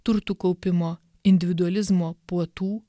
turtų kaupimo individualizmo puotų